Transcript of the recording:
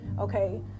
okay